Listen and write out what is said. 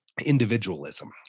individualism